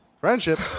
Friendship